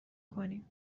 کنیم